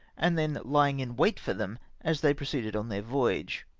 and then lying in wait for them as they proceeded on their voyage.